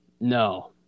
No